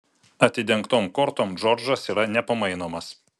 atidengtom kortom džordžas yra nepamainomas